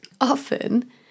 Often